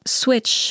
switch